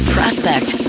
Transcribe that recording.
Prospect